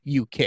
uk